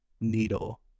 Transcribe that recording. needle